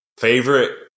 Favorite